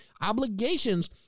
obligations